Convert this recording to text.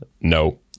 No